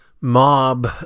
mob